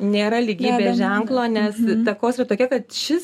nėra lygybės ženklo nes takos yra tokia kad šis